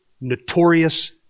notorious